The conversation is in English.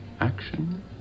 Action